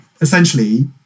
essentially